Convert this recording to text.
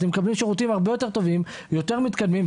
אתם מקבלים שירותים הרבה יותר טובים ויותר מתקדמים,